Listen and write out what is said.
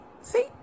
See